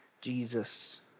Jesus